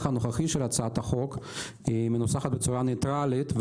הנוכחי של הצעת החוק היא מנוסחת בצורה ניטרלית,